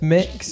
Mix